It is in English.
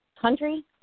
country